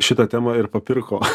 šitą temą ir papirko